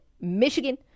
Michigan